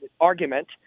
argument